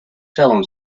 salon